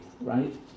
right